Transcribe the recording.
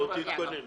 תתכוננו.